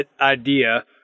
idea